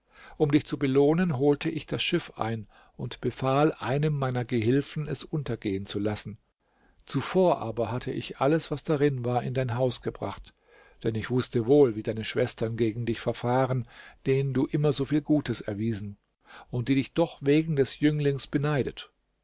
um dich zu belohnen holte ich das schiff ein und befahl einem meiner gehilfen es untergehen zu lassen zuvor aber hatte ich alles was darin war in dein haus gebracht denn ich wußte wohl wie deine schwestern gegen dich verfahren denen du immer so viel gutes erwiesen und die dich doch wegen des jünglings beneidet